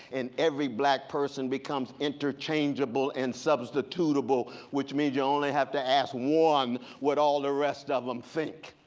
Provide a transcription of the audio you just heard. and every black person becomes interchangeable and substitutable. which means you only have to ask one what all the rest of them think.